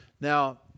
Now